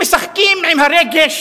משחקים עם הרגש